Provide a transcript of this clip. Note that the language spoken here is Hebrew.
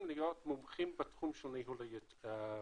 להיות מומחים בתחום של ניהול כספים.